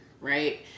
right